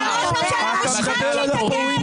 על ראש הממשלה המושחת שהיא תגן?